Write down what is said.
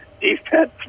defense